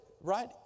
right